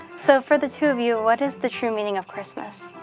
so for the two of you, what is the true meaning of christmas?